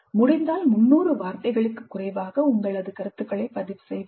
முடிந்தால் 300 வார்த்தைகளுக்கு குறைவாக உங்கள் கருத்துக்களை பதிவு செய்யவும்